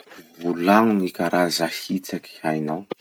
Volagno gny karaza hitsaky hainao.